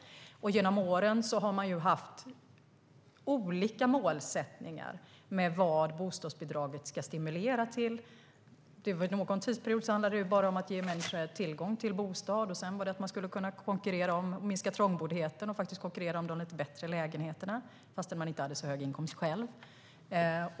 Genom åren har man haft olika målsättningar för vad bostadsbidraget ska stimulera. Under någon tidsperiod handlade det bara om att ge människor tillgång till bostad. Sedan gällde det att minska trångboddheten och att man skulle kunna konkurrera om de lite bättre lägenheterna fast man inte hade så hög inkomst själv.